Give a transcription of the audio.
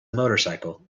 motorcycle